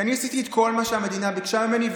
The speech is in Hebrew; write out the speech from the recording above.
כי אני עשיתי את כל מה שהמדינה ביקשה ממני,